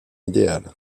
idéale